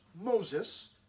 Moses